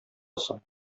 соң